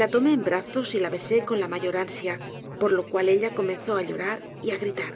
la tomé en brazos y la besé con la mayor ansia por lo cual ella comenzó á llorar y á gritar